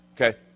Okay